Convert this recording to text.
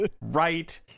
right